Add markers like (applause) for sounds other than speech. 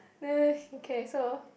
(noise) okay so